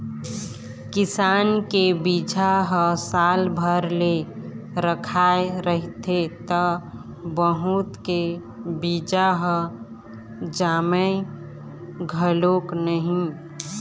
किसान के बिजहा ह साल भर ले रखाए रहिथे त बहुत के बीजा ह जामय घलोक नहि